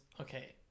okay